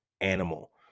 animal